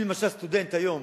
אם, למשל, סטודנט היום